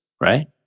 right